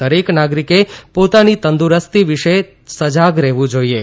દરેક નાગરિકે પોતાની તંદુરસ્તી વિશે સજાગ રહેવું જાઇએ